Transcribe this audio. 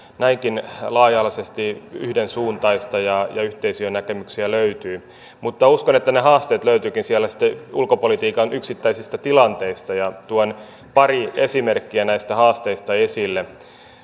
näinkin laaja alaisesti yhdensuuntaista ja ja yhteisiä näkemyksiä löytyy mutta uskon että ne haasteet löytyvätkin sitten ulkopolitiikan yksittäisistä tilanteista ja tuon pari esimerkkiä näistä haasteista esille